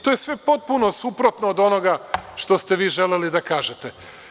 To je sve potpuno suprotno od onoga što ste vi želeli da kažete.